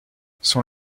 son